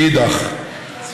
מאידך גיסא.